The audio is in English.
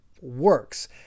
works